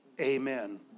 Amen